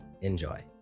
enjoy